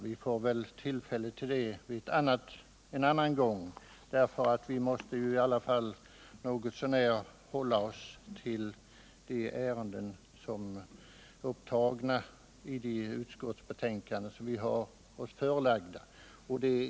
Vi får tillfälle att göra det en annan gång, ty vi måste väl något så när hålla oss till de ärenden som tas upp i de betänkanden som föreläggs oss.